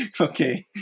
Okay